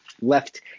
left